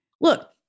look